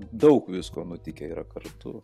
daug visko nutikę yra kartu